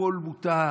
הכול מותר.